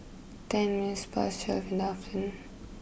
ten minutes past twelve in afternoon